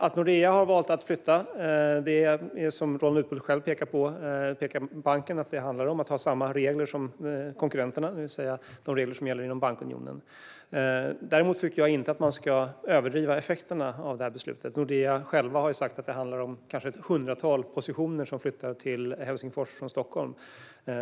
Att Nordea har valt att flytta handlar som Roland Utbult själv pekar på om att ha samma regler som konkurrenterna, det vill säga de regler som gäller inom bankunionen. Däremot tycker jag inte att man ska överdriva effekterna av det här beslutet. Nordea har själv sagt att det handlar om kanske ett hundratal positioner som flyttar till Helsingfors från Stockholm.